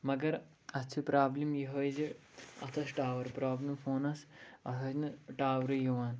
مگر اَتھ چھِ پرٛابلِم یِہوٚے زِ اَتھ ٲس ٹاوَر پرٛابلِم فونَس اَتھ ٲسۍ نہٕ ٹاورٕے یِوان